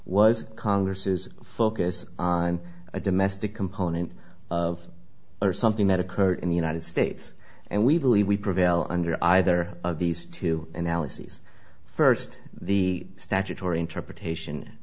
was congress is focused on a domestic component of or something that occurred in the united states and we believe we prevail under either of these two analyses first the statutory interpretation